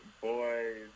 Boys